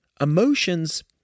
Emotions